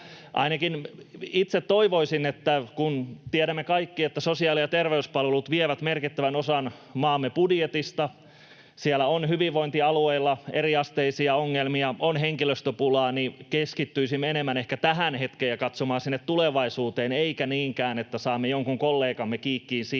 Ainakin itse toivoisin, että kun tiedämme kaikki, että sosiaali- ja terveyspalvelut vievät merkittävän osan maamme budjetista ja siellä on hyvinvointialueilla eriasteisia ongelmia, kuten henkilöstöpulaa, niin keskittyisimme enemmän ehkä tähän hetkeen ja katsomaan sinne tulevaisuuteen, eikä niinkään niin, että saamme jonkun kollegamme kiikkiin siitä,